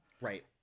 Right